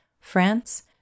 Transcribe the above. France